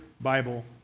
Bible